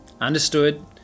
understood